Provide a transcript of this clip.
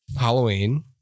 Halloween